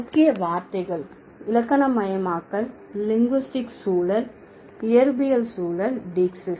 முக்கிய வார்த்தைகள் முரண் இலக்கணமயமாக்கல் லிங்குஸ்டிக் சூழல் இயற்பியல் சூழல் டீக்சிஸ்